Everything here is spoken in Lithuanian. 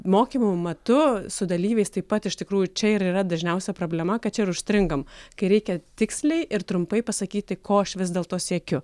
mokymų metu su dalyviais taip pat iš tikrųjų čia ir yra dažniausia problema kad čia ir užstringam kai reikia tiksliai ir trumpai pasakyti ko aš vis dėlto siekiu